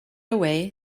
away